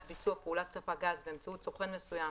ביצוע פעולת ספק גז באמצעות סוכן מסוים